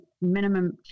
minimum